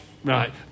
Right